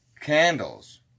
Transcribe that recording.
Candles